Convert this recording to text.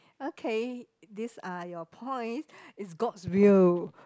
okay these are your points is god's will